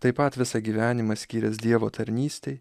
taip pat visą gyvenimą skyręs dievo tarnystei